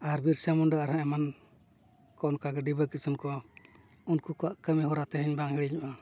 ᱟᱨ ᱵᱤᱨᱥᱟ ᱢᱩᱱᱰᱟᱹ ᱟᱨᱦᱚᱸ ᱮᱢᱟᱱ ᱠᱚ ᱚᱱᱠᱟ ᱰᱤᱵᱟᱹ ᱠᱤᱥᱩᱱ ᱠᱚ ᱩᱱᱠᱩ ᱠᱚᱣᱟᱜ ᱠᱟᱹᱢᱤ ᱦᱚᱨᱟ ᱛᱮᱦᱮᱧ ᱵᱟᱝ ᱦᱤᱲᱤᱧᱚᱜᱼᱟ